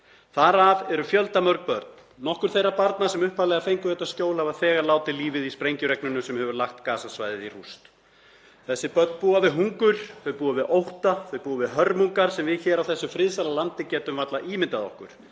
Þar af eru fjöldamörg börn. Nokkur þeirra barna sem upphaflega fengu þetta skjól hafa þegar látið lífið í sprengjuregninu sem hefur lagt Gaza-svæðið í rúst. Þessi börn búa við hungur, þau búa við ótta, þau búa við hörmungar sem við hér á þessu friðsæla landi getum varla ímyndað okkur.